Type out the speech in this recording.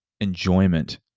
enjoyment